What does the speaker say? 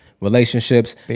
relationships